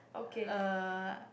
uh